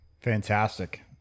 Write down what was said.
Fantastic